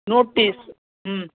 notice